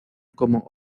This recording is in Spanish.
como